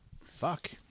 Fuck